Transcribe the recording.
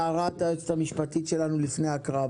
הערת היועצת המשפטית שלנו לפני ההקראה,